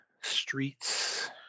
streets